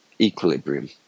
equilibrium